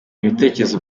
ibitekerezo